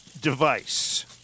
device